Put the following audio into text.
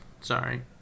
sorry